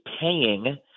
paying